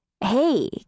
Hey